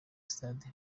stade